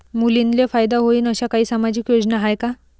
मुलींले फायदा होईन अशा काही सामाजिक योजना हाय का?